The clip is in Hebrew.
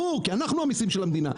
ברור, כי אנחנו המיסים של המדינה.